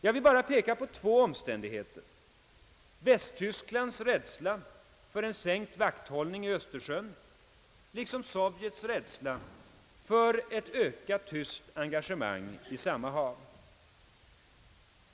Jag vill bara peka på två omständigheter: Västtysklands rädsla för en sänkt vakthållning i Östersjön liksom Sovjets rädsla för ett ökat tyskt engagemang i samma hav.